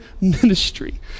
ministry